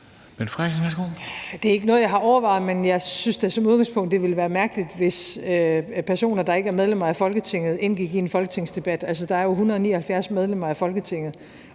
Mette Frederiksen (S): Det er ikke noget, jeg har overvejet, men jeg synes da som udgangspunkt, at det ville være mærkeligt, hvis personer, der ikke er medlemmer af Folketinget, indgik i en folketingsdebat. Altså, der er 179 medlemmer af Folketinget,